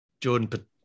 Jordan